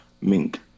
Mink